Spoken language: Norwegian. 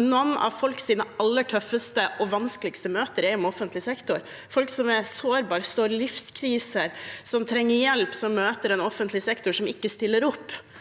Noen av folks aller tøffeste og vanskeligste møter er med offentlig sektor – folk som er sårbare, som står i en livskrise, som trenger hjelp, og som møter en offentlig sektor som ikke stiller opp,